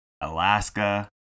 Alaska